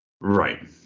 Right